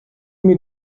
mir